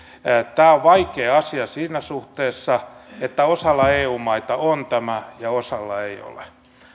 tämä on vaikea asia siinä suhteessa että osalla eu maita on tämä ja osalla ei ole